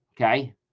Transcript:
okay